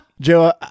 Joe